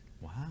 Wow